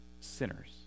sinners